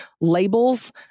labels